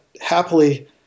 happily